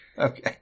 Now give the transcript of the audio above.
okay